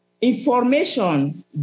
information